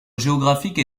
géographique